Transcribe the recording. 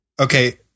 Okay